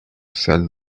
said